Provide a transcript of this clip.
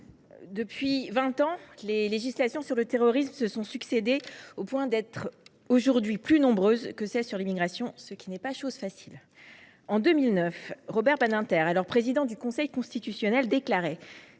depuis vingt ans, les textes législatifs sur le terrorisme se sont succédé au point d’être dorénavant plus nombreux que ceux sur l’immigration. Ce n’est pas chose facile ! En 2009, Robert Badinter, alors président du Conseil constitutionnel, déclarait